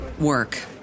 work